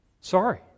Sorry